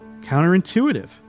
counterintuitive